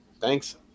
Thanks